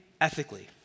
ethically